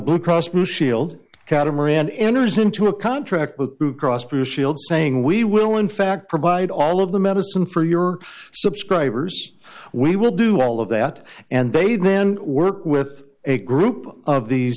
blue cross blue shield catamaran enters into a contract with blue cross blue shield saying we will in fact provide all of the medicine for your subscribers we will do all of that and they then work with a group of these